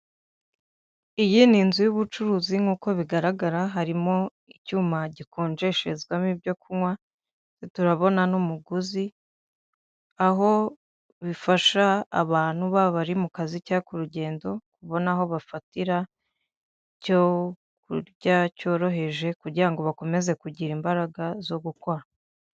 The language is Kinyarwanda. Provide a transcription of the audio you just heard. Iyi n'inzu y'ubucuruzi nk'uko bigaragara harimo icyuma gikonjesherezwamo ibyo kunywa turabona n'umuguzi aho bifasha abantu baba bari mu kazi cyangwa k'urugendo babone aho bafatira icyo kurya cyoroheje kugira ngo bakomeze kugira imbaraga zo gukora.